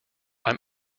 i’m